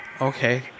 okay